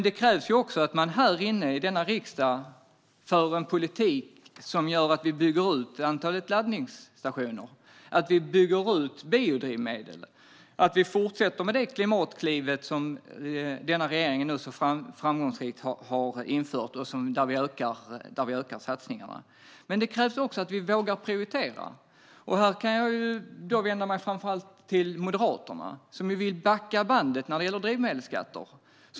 Det krävs dock också att man här inne i denna riksdag för en politik som gör att vi bygger ut antalet laddstationer och biodrivmedlen. Vi ska fortsätta med Klimatklivet, som denna regering nu så framgångsrikt har infört och där vi ökar satsningarna. Det krävs också att vi vågar prioritera. Jag vänder mig framför allt till Moderaterna, som vill backa bandet när det gäller drivmedelsskatter.